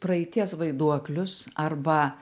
praeities vaiduoklius arba